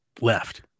left